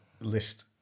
list